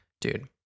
Dude